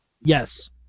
Yes